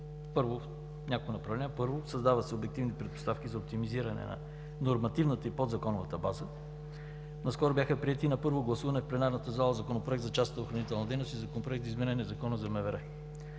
в няколко направления. Първо, създават се обективни предпоставки за оптимизиране на нормативната и подзаконовата база. Наскоро бяха приети на първо гласуване в пленарната зала Законопроект за частната охранителна дейност и Законопроект за изменение и допълнение